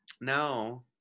no